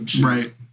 Right